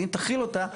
ואם תחיל אותה,